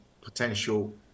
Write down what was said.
potential